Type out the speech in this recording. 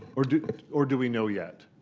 or do or do we know yet?